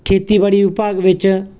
ਖੇਤੀਬਾੜੀ ਵਿਭਾਗ ਵਿੱਚ